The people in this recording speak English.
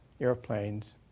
airplanes